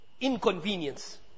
inconvenience